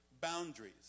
boundaries